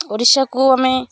ଓଡ଼ିଶାକୁ ଆମେ